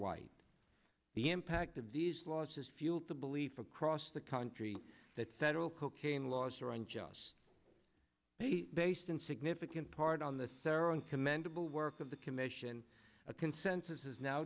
white the impact of these laws has fueled the belief across the country that federal cocaine laws are unjust based in significant part on the cerro and commendable work of the commission a consensus is now